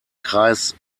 kreis